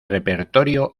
repertorio